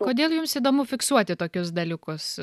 kodėl jums įdomu fiksuoti tokius dalykus